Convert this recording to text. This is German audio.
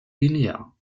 guinea